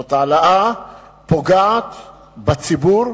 זאת העלאה שפוגעת בציבור,